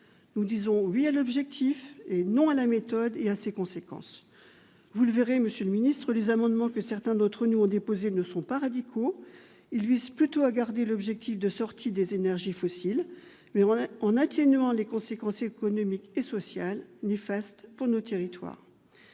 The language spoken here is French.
Nous disons « oui » à l'objectif, mais « non » à la méthode et ses conséquences. Vous le verrez, monsieur le ministre d'État, les amendements que certains d'entre nous ont déposés ne sont pas radicaux. Ils visent plutôt à conserver l'objectif d'une sortie du recours aux énergies fossiles, mais en atténuant les conséquences économiques et sociales néfastes pour nos territoires.